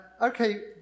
Okay